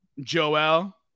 Joel